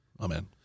Amen